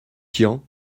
tian